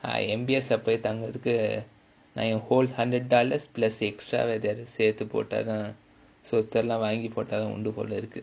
நா:naa M_B_S leh போய் தங்கறதுக்கு நா என்:poi thangrathukku naa en whole hundred dollar plus the extra சேத்து போட்டாதா:sethu pottaathaa so தெரில வாங்கி போட்டாதா உண்டு போல இருக்கு:therila vaangi pottaathaa undu pola irukku